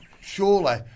surely